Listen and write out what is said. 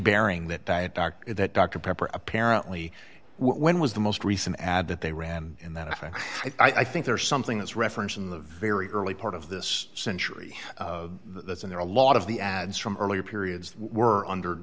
bring that diet back to that dr pepper apparently when was the most recent ad that they ran in that i think i think there's something that's referenced in the very early part of this century that's in there a lot of the ads from earlier periods were under